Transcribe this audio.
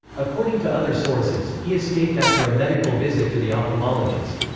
according to other sources, he escaped after a medical visit to the ophthalmologist.